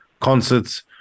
concerts